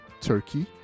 Turkey